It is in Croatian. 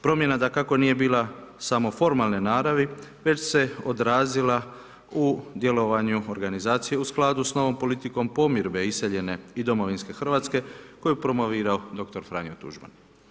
Promjena dakako nije bila samo formalne naravi već se odrazila u djelovanju organizacije u skladu s novom politikom pomirbe iseljene i domovinske Hrvatske koju je promovirao dr. Franjo Tuđman.